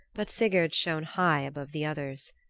but sigurd's shone high above the others.